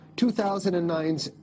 2009's